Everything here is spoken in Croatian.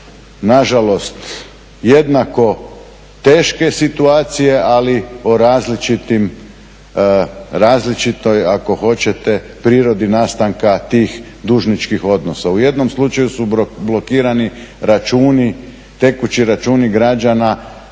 nažalost jednako teške situacije, ali o različitoj ako hoćete prirodi nastanka tih dužničkih odnosa. U jednom slučaju su blokirani računi, tekući računi građana